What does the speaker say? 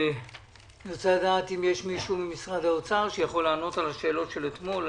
אני רוצה לדעת אם יש מישהו ממשרד האוצר שיכול לענות על השאלות של אתמול.